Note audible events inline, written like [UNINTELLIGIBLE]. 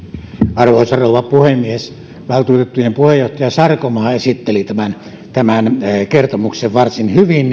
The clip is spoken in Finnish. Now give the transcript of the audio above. arvoisa rouva puhemies valtuutettujen puheenjohtaja sarkomaa esitteli tämän tämän kertomuksen varsin hyvin [UNINTELLIGIBLE]